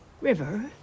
River